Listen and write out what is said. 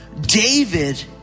David